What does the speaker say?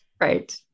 Right